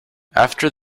after